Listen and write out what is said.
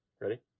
Ready